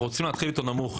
אנחנו רוצים להתחיל איתו נמוך,